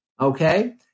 Okay